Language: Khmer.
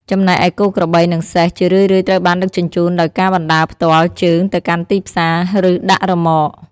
ចំណែកឯគោក្របី និងសេះ ជារឿយៗត្រូវបានដឹកជញ្ជូនដោយការបណ្តើរផ្ទាល់ជើងទៅកាន់ទីផ្សារ ឬដាក់រឺម៉ក ។